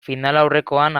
finalaurrekoen